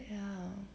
ya